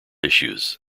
issues